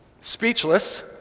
speechless